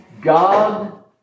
God